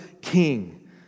king